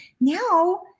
now